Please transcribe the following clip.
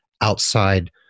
outside